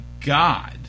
God